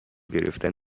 گرفتن